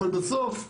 בסוף,